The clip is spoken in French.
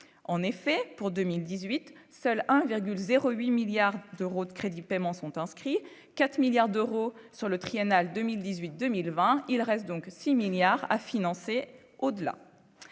en effet pour 2018 seuls 1,0 8 milliards d'euros de crédit paiement sont inscrits 4 milliards d'euros sur le triennal 2018, 2020, il reste donc 6 milliards à financer au-delà